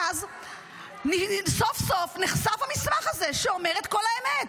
אז סוף סוף נחשף המסמך הזה, שאומר את כל האמת: